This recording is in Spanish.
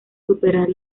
superar